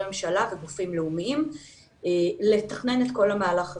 ממשלה וגופים לאומיים לתכנן את כל המהלך הזה.